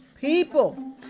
people